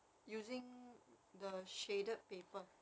using the shaded paper